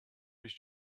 his